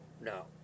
No